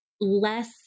less